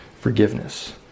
forgiveness